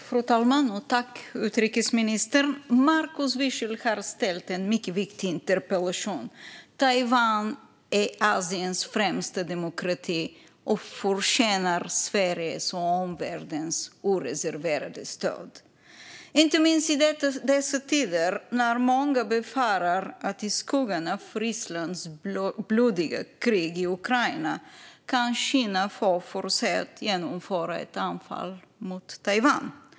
Fru talman! Markus Wiechel har ställt en mycket viktig interpellation. Taiwan är Asiens främsta demokrati och förtjänar Sveriges och omvärldens oreserverade stöd - inte minst i dessa tider, när många befarar att Kina i skuggan av Rysslands blodiga krig i Ukraina kan få för sig att genomföra ett anfall mot Taiwan.